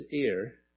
ear